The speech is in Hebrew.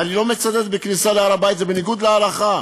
אני לא מצדד בכניסה להר-הבית, זה בניגוד להלכה